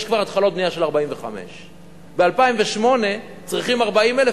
יש כבר התחלות בנייה של 45,000. ב-2008 צריכים 40,000,